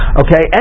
okay